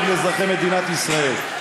מה טוב לאזרחי מדינת ישראל.